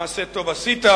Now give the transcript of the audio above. מעשה טוב עשית.